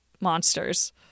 monsters